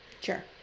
Sure